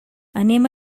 anem